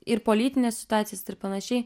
ir politines situacijas ir panašiai